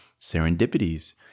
serendipities